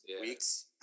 weeks